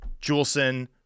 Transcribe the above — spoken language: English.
Juleson